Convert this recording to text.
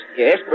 yes